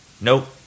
Nope